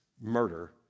murder